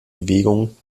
bewegung